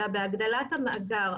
אלא בהגדלת המאגר,